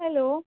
hello